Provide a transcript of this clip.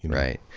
right.